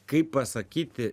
kaip pasakyti